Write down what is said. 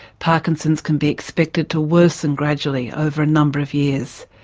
parkinson's can be expected to worsen gradually over a number of years.